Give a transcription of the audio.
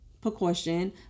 Precaution